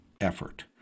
effort